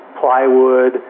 plywood